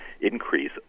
increase